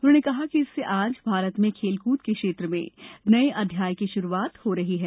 उन्होंने कहा कि इससे आज भारत में खेलकूद के क्षेत्र में नये अध्याय की शुरुआत हो रही है